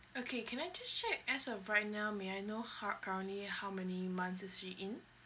okay can I just check as of right now may I know ho~ currently how many months is she in